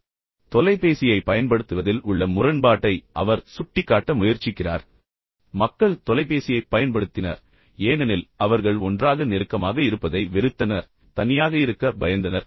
இதை மீண்டும் பாருங்கள் தொலைபேசியைப் பயன்படுத்துவதில் உள்ள முரண்பாட்டை அவர் சுட்டிக்காட்ட முயற்சிக்கிறார் மக்கள் தொலைபேசியைப் பயன்படுத்தினர் ஏனெனில் அவர்கள் ஒன்றாக நெருக்கமாக இருப்பதை வெறுத்தனர் தனியாக இருக்க பயந்தனர்